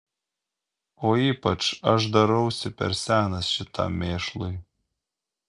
o ypač aš darausi per senas šitam mėšlui